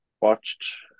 watched